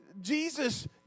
Jesus